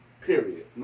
period